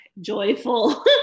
joyful